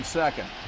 second